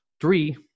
three